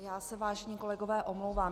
Já se vážně, kolegové, omlouvám.